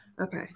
Okay